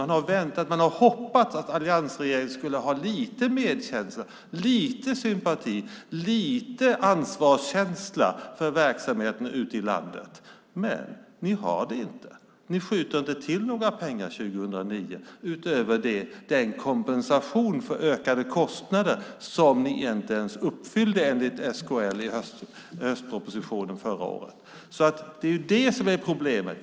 Man har väntat och hoppats att alliansregeringen skulle ha lite medkänsla, lite sympati och lite ansvarskänsla för verksamheterna ute i landet, men det har ni inte. Ni skjuter inte till några pengar 2009 utöver den kompensation för ökade kostnader som ni inte ens uppfyllde i höstpropositionen förra året enligt SKL. Det är det som är problemet.